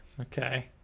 Okay